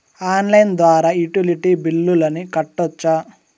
Online ద్వారా utility బిల్లులను కట్టొచ్చా?